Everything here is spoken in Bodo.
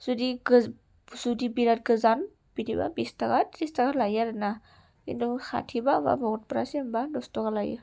जुदि बिरात गोजान बिदिबा बिस ताका त्रिस ताका लायो आरो ना किन्तु खाथिबा बा भकतपारासिमबा दस तका लायो